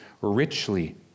richly